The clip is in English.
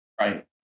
Right